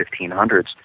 1500s